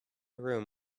room